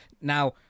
Now